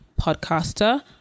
podcaster